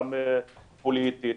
גם פוליטית.